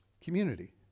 community